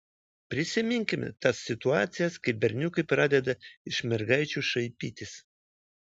prisiminkime tas situacijas kai berniukai pradeda iš mergaičių šaipytis